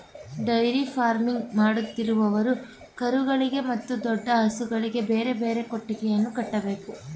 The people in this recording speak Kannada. ಡೈರಿ ಫಾರ್ಮಿಂಗ್ ಮಾಡುತ್ತಿರುವವರು ಕರುಗಳಿಗೆ ಮತ್ತು ದೊಡ್ಡ ಹಸುಗಳಿಗೆ ಬೇರೆ ಬೇರೆ ಕೊಟ್ಟಿಗೆಯನ್ನು ಕಟ್ಟಬೇಕು